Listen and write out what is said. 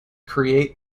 create